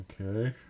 Okay